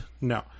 No